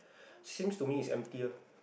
seems to me it's emptier